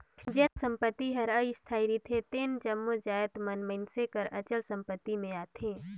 जेन संपत्ति हर अस्थाई रिथे तेन जम्मो जाएत मन मइनसे कर अचल संपत्ति में आथें